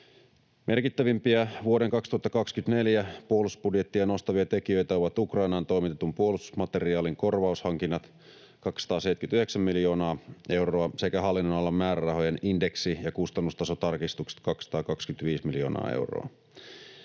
Merkittävimpiä vuoden 2024 puolustusbudjettia nostavia tekijöitä ovat Ukrainaan toimitetun puolustusmateriaalin korvaushankinnat, 279 miljoonaa euroa, sekä hallinnonalan määrärahojen indeksi- ja kustannustasotarkistukset, 225 miljoonaa euroa.